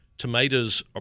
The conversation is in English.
Tomatoes